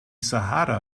sahara